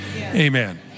Amen